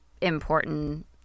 important